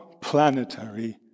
planetary